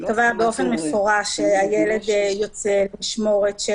קבע באופן מפורש שהילד יוצא למשמורת של